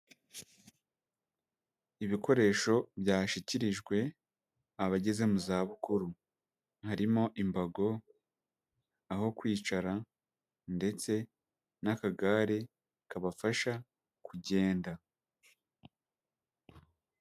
Ibikoresho byashyikirijwe abageze mu zabukuru, harimo imbago, aho kwicara ndetse n'akagare kabafasha kugenda.